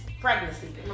pregnancy